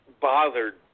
bothered